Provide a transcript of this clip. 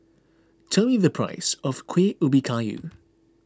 tell me the price of Kueh Ubi Kayu